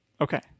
Okay